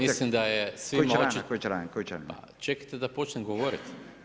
Mislim da je svima [[Upadica Radin: Koji članak?.]] Pa čekajte da počnem govoriti.